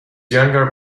younger